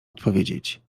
odpowiedzieć